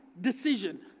decision